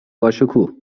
باشکوه